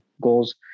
goals